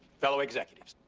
fellow executives,